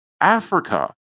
Africa